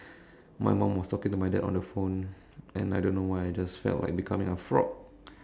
my mum was talking to my dad on the phone and I don't know why I just felt like becoming a frog